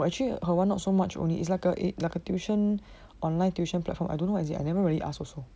but actually her one not so much only it's like a eight like a tuition online tuition platform I don't know what is it I never really ask also